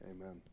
Amen